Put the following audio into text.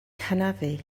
hanafu